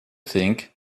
think